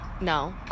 No